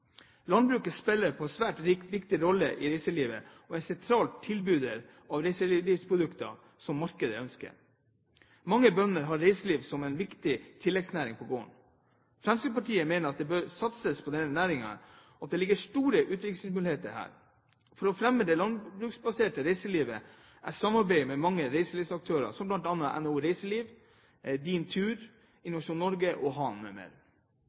Landbruket spiller en svært viktig rolle i reiselivet og er en sentral tilbyder av reiselivsprodukter som markedet ønsker. Mange bønder har reiseliv som en viktig tilleggsnæring på gården. Fremskrittspartiet mener at det bør satses på denne næringen, og at det ligger store utviklingsmuligheter her. For å fremme det landbruksbaserte reiselivet har man samarbeid med mange reiselivsaktører, som bl.a. NHO Reiseliv, Din Tur, Innovasjon Norge og